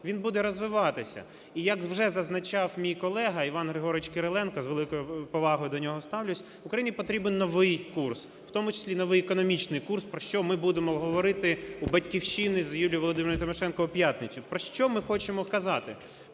він буде розвиватися. І, як вже зазначав мій колега Іван Григорович Кириленко, з великою повагою до нього ставлюся, Україні потрібен новий курс, у тому числі новий економічний курс, про що ми будемо говорити у "Батьківщині" з Юлією Володимирівною Тимошенко у п'ятницю. Про що ми хочемо казати?